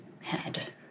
head